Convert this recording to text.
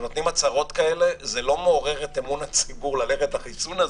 כשנותנים הצהרות כאלה זה לא מעורר את אמון הציבור ללכת לחיסון הזה,